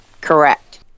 Correct